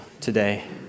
today